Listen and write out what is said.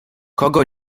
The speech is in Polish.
kogo